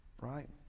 right